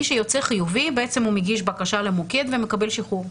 מי שיוצא חיובי מגיש בקשה למוקד ומקבל שחרור.